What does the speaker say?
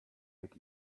mit